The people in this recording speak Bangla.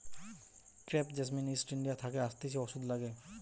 ক্রেপ জেসমিন ইস্ট ইন্ডিয়া থাকে আসতিছে ওষুধে লাগে